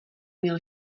měl